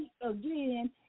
again